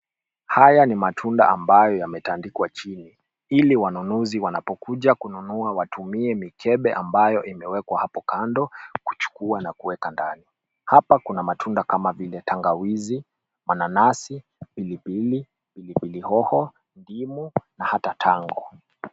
Haya ni matunda ambayo yametandikwa chini ili wanunuzi wanapokuja kununua watumie mikebe ambayo imewekwa hapo kando kuchukua na kuweka ndani. Hapa kuna matunda kama vile tangawizi, mananasi, pilipili, pilipili hoho na hata tango.